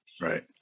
Right